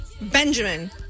Benjamin